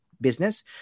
business